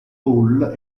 hall